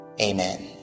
amen